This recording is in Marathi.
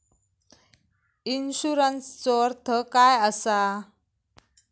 इन्शुरन्सचो अर्थ काय असा?